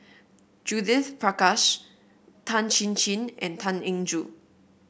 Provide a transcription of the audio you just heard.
Judith Prakash Tan Chin Chin and Tan Eng Joo